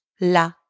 la